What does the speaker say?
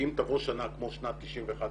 אם תבוא שנה כמו שנת 1992-1991,